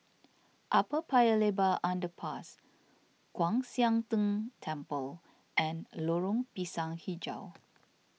Upper Paya Lebar Underpass Kwan Siang Tng Temple and Lorong Pisang HiJau